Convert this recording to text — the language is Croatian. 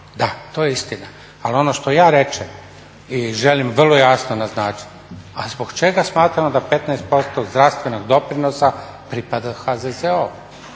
Da, to je istina. Ali ono što ja kažem i želim vrlo jasno naznačiti a zbog čega smatramo da 15% zdravstvenog doprinosa pripada HZZO-u?